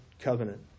covenant